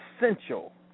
essential